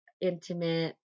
intimate